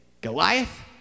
Goliath